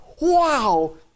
wow